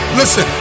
listen